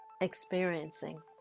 experiencing